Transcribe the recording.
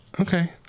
Okay